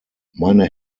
meine